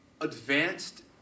advanced